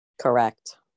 Correct